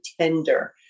tender